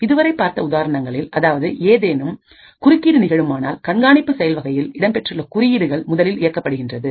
இதுவரைபார்த்த உதாரணங்களில் அதாவது ஏதேனும் குறுக்கீடு நிகழுமானால் கண்காணிப்பு செயல் வகையில் இடம் பெற்றுள்ள குறியீடுகள் முதலில் இயக்கப்படுகின்றது